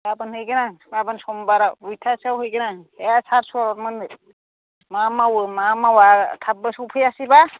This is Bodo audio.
गाबोन हैगोन आं गाबोन सम्बाराव दुइटासोयाव हैगोन आं बे सार सरब मोन्नो मा मावो मा मावा थाबबो सौफैयासैबा